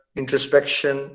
introspection